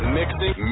mixing